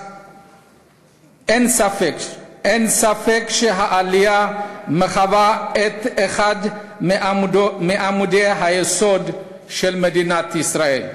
אין ספק שהעלייה מהווה את אחד מעמודי היסוד של מדינת ישראל.